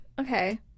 Okay